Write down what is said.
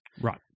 Right